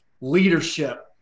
Leadership